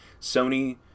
Sony